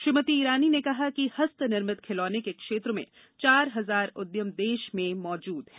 श्रीमती ईरानी ने कहा कि हस्तनिर्मित खिलौने के क्षेत्र में चार हजार उद्यम देश में मौजूद हैं